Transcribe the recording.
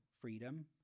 freedom